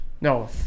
No